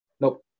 Nope